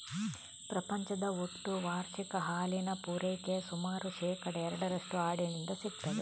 ಪ್ರಪಂಚದ ಒಟ್ಟು ವಾರ್ಷಿಕ ಹಾಲಿನ ಪೂರೈಕೆಯ ಸುಮಾರು ಶೇಕಡಾ ಎರಡರಷ್ಟು ಆಡಿನಿಂದ ಸಿಗ್ತದೆ